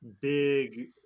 big